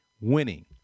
winning